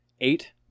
Eight